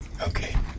Okay